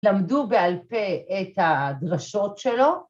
‫למדו בעל פה את הדרשות שלו.